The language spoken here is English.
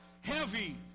Heavy